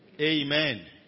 Amen